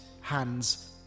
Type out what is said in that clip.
hands